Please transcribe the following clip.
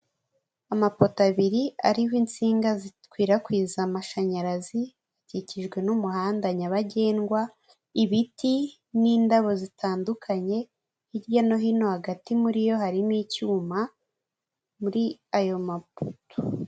Amapoto abiri ariho insinga zikwirakwiza amashanyarazi, akikijwe n'umuhanda nyabagendwa. Ibiti n'indabo zitandukanye hirya no hino hagati mur'iyo harimo icyuma muri ayo mapoto.